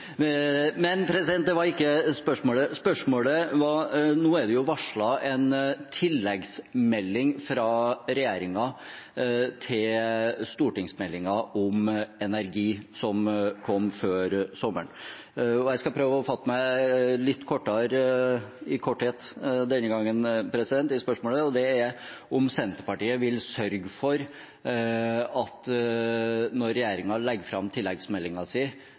det var ikke spørsmålet. Nå er det varslet en tilleggsmelding fra regjeringen til stortingsmeldingen om energi, som kom før sommeren. Jeg skal prøve å fatte meg i korthet denne gangen i spørsmålet, og det er om Senterpartiet – når regjeringen legger fram tilleggsmeldingen sin – foreslår at vi skal få hjemfallsrett for vindkraften, og at